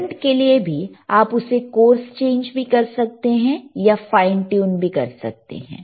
current के लिए भी आप उसे कोर्स चेंज भी कर सकते हैं या फाइन ट्यून भी कर सकते हैं